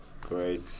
great